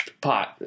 pot